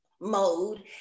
mode